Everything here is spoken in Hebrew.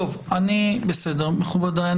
מכובדיי,